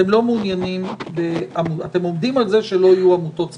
אתם עומדים על זה שלא יהיו עמותות ספציפיות.